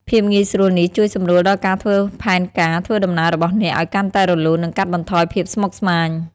ភាពងាយស្រួលនេះជួយសម្រួលដល់ការធ្វើផែនការធ្វើដំណើររបស់អ្នកឱ្យកាន់តែរលូន និងកាត់បន្ថយភាពស្មុគស្មាញ។